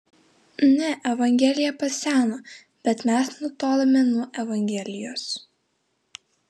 ne evangelija paseno bet mes nutolome nuo evangelijos